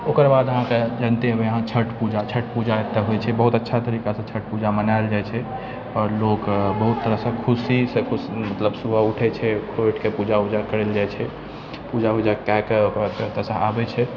ओकर बाद अहाँके जनतै हेबै छठि पूजा एतय होइ छै बहुत अच्छा तरिकासँ छठि पूजा मनाइल जाइ छै आओर लोक बहुत तरहसँ खुशीसँ खुश मतलब सुबह उठे छै उठिके पूजा वूजा करैले जाइ छै पूजा वूजा कएके ओकर बाद फेर ओतयसँ आबै छै